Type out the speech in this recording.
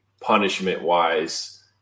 punishment-wise